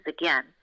again